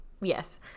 Yes